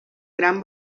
gran